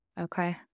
Okay